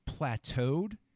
plateaued